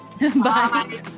bye